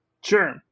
Sure